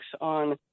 on